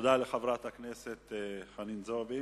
תודה לחברת הכנסת חנין זועבי.